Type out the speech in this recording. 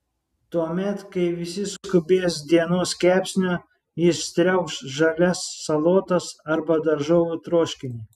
tuomet kai visi skubės dienos kepsnio jis triaukš žalias salotas arba daržovių troškinį